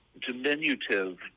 diminutive